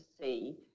see